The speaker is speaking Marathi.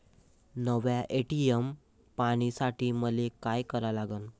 नव्या ए.टी.एम पीन साठी मले का करा लागन?